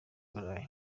burayi